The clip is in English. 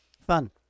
Fun